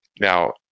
Now